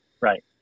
Right